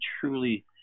truly